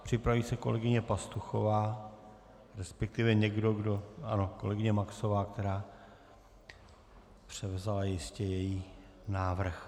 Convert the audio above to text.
Připraví se kolegyně Pastuchová, resp. někdo, kdo ano, kolegyně Maxová, která převzala jistě její návrh.